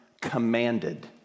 commanded